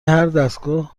هردستگاه